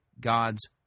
God's